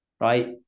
right